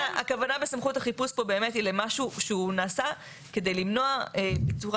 הכוונה בסמכות החיפוש פה באמת היא למשהו שנעשה כדי למנוע בצורה